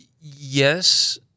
yes